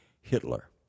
Hitler